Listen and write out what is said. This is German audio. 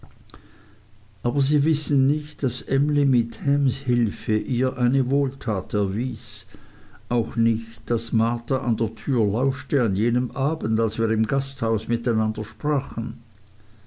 aber sie wissen nicht daß emly mit hams hilfe ihr eine wohltat erwies auch nicht daß marta an der tür lauschte an jenem abend als wir im gasthaus miteinander sprachen